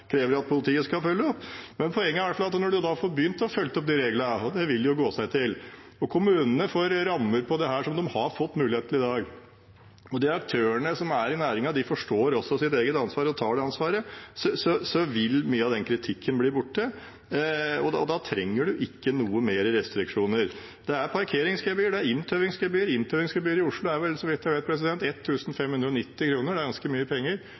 krever at politiet skal følge opp. Poenget er at når man får begynt å følge opp reglene, vil det gå seg til. Kommunene får rammer for dette, det har de fått mulighet til i dag. De aktørene som er i næringen, forstår også sitt eget ansvar og tar det ansvaret. Da vil mye av kritikken bli borte, og da trenger man ikke flere restriksjoner. Det er parkeringsgebyr, det er inntauingsgebyr. Inntauingsgebyret i Oslo er så vidt jeg vet, 1 590 kr – det er ganske mye penger.